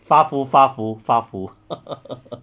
发福发福发福